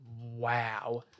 wow